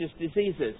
diseases